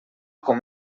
com